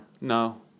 No